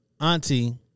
auntie